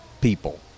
people